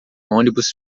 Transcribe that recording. ônibus